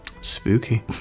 Spooky